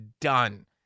done